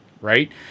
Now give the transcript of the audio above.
right